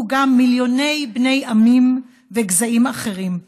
גם מיליוני בני עמים וגזעים אחרים,